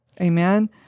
Amen